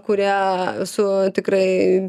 kurie su tikrai